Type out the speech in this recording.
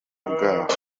bwaho